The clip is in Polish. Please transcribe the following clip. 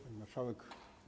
Pani Marszałek!